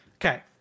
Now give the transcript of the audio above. okay